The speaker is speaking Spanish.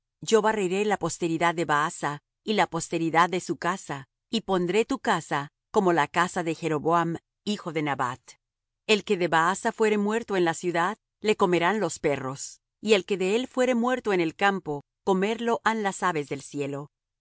yo barreré la posteridad de baasa y la posteridad de su casa y pondré tu casa como la casa de jeroboam hijo de nabat el que de baasa fuere muerto en la ciudad le comerán los perros y el que de él fuere muerto en el campo comerlo han las aves del cielo lo